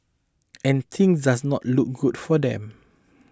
and things does not look good for them